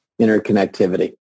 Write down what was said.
interconnectivity